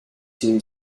two